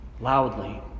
loudly